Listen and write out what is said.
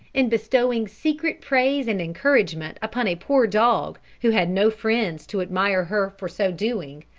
in bestowing secret praise and encouragement upon a poor dog who had no friends to admire her for so doing,